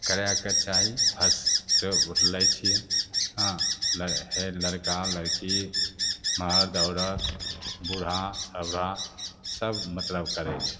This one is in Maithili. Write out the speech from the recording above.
करैके चाही फर्स्ट ओढ़ि लै छिए हँ हेँ लड़का लड़की मरद औरत बूढ़ा छौँड़ा सभ मतलब करै छै